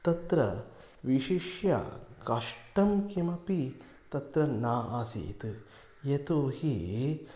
तत्र विशिष्य कष्टं किमपि तत्र न आसीत् यतो हि